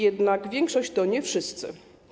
Jednak większość to nie wszyscy.